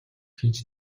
хийж